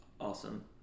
awesome